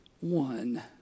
one